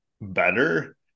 better